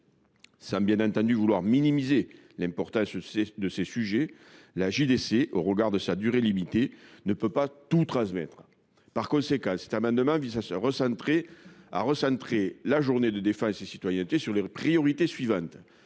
Ça bien entendu vouloir minimiser l'importance de ces, de ces sujets la JDC au regard de sa durée limitée, ne peut pas tout transmettre par conséquent cet amendement vise à se recentrer à recentrer la journée de défense et citoyenneté sur les priorités suivantes